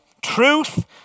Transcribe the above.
truth